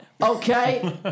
Okay